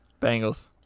Bengals